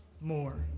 more